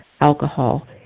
alcohol